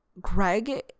Greg